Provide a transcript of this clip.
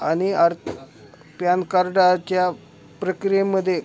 आणि आर् प्यॅन कार्डाच्या प्रक्रियेमध्ये